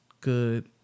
good